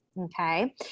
Okay